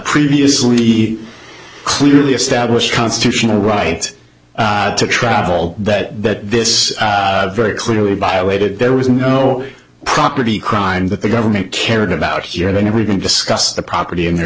previously clearly established constitutional right to travel that that this very clearly violated there was no property crime that the government cared about here they never even discussed the property in the